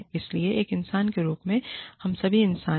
लेकिन एक इंसान के रूप में भी हम सभी इंसान हैं